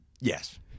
yes